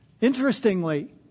Interestingly